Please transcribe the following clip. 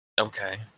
Okay